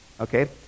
Okay